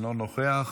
אינו נוכח,